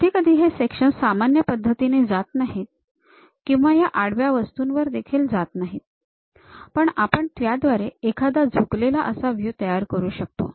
कधी कधी हे सेक्शन्स सामान्य पद्धतीने जात नाहीत किंवा ह्या आडव्या वस्तूंवर देखील जात नाहीत पण आपण त्याद्वारे एखादा झुकलेला असा व्हयू तयार करू शकतो